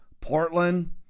Portland